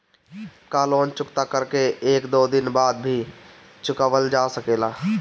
का लोन चुकता कर के एक दो दिन बाद भी चुकावल जा सकेला?